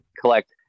collect